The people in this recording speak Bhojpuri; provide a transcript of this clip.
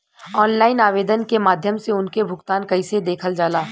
ऑनलाइन आवेदन के माध्यम से उनके भुगतान कैसे देखल जाला?